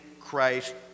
Christ